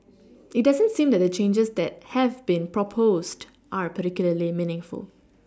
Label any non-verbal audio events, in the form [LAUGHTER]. [NOISE] it doesn't seem that the changes that have been proposed are particularly meaningful